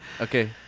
okay